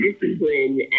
discipline